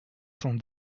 cent